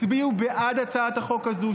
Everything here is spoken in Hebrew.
הצביעו בעד הצעת החוק הזאת,